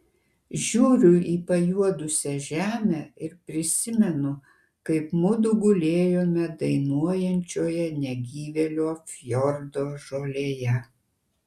žiūriu į pajuodusią žemę ir prisimenu kaip mudu gulėjome dainuojančioje negyvėlio fjordo žolėje